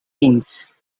teens